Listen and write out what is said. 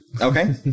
Okay